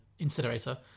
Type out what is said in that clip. incinerator